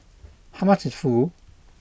how much is Fugu